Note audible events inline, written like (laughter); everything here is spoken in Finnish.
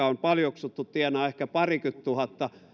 (unintelligible) on paljoksuttu tienaa ehkä parikymmentä tuhatta